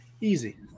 Easy